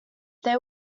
they